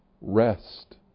Rest